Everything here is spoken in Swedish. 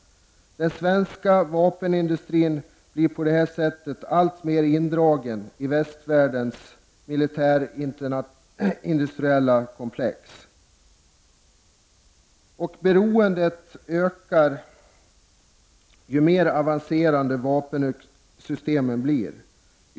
Den svenska vapenindustrin blir på det här sättet alltmer indragen i västvärldens militärindustriella komplex. Beroendet ökar ju mer avancerade vapensystemen blir.